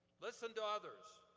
listen to others.